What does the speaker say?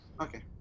Okay